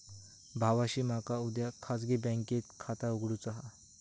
भावाशी मका उद्या खाजगी बँकेत खाता उघडुचा हा